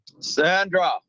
Sandra